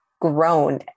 grown